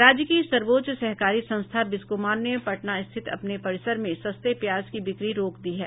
राज्य की सर्वोच्च सहकारी संस्था बिस्कोमान ने पटना स्थित अपने परिसर में सस्ते प्याज की बिक्री रोक दी है